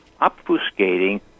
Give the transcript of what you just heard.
obfuscating